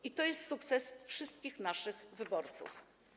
I to jest sukces wszystkich naszych wyborców.